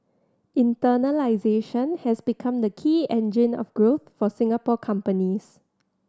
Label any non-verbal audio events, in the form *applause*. *unintelligible* has become the key engine of growth for Singapore companies